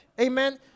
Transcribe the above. amen